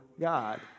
God